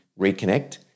reconnect